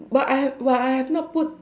but I have but I have not put